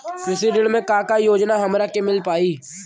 कृषि ऋण मे का का योजना हमरा के मिल पाई?